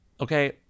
Okay